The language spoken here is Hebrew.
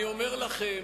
ואני אומר לכם,